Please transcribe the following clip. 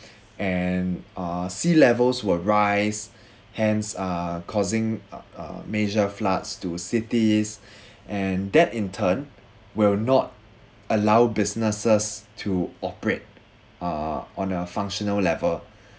and uh sea levels will rise hence uh causing uh uh major floods to cities and that in turn will not allow businesses to operate uh on a functional level